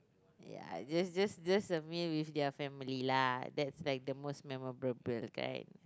ya just just just a meal with your family lah that's like the most memorable correct